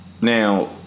now